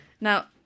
Now